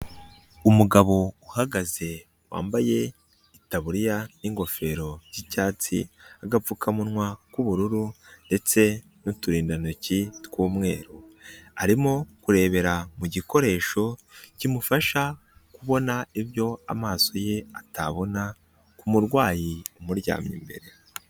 Umugabo uhagaze wambaye itaburiya n'gofero by'icyatsi, agapfukamunwa k'ubururu ndetse nuturindantoki tw'umweru, arimo kurebera mu gikoresho kimufasha kubona ibyo amaso ye atabona ku kumurwayi umuryamye imbere.